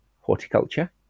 horticulture